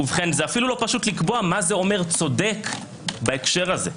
ובכן זה אפילו לא פשוט לקבוע מה זה אומר צודק בהקשר הזה.